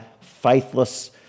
faithless